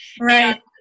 Right